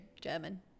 German